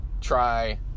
try